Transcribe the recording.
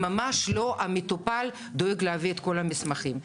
זה ממש לא המטופל דואג להביא את כל המסמכים.